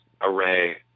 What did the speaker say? array